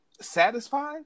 satisfied